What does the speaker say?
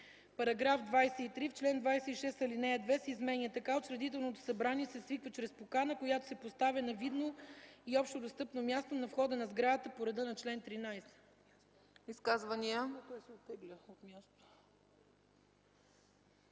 § 23: „§ 23. В чл. 26 ал. 2 се изменя така: „(2) Учредителното събрание се свиква чрез покана, която се поставя на видно и общодостъпно място на входа на сградата по реда на чл. 13.”